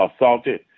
assaulted